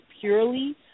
purely